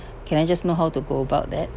can I just know how to go about that